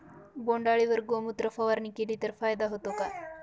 बोंडअळीवर गोमूत्र फवारणी केली तर फायदा होतो का?